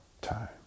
time